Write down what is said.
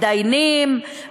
מתדיינים,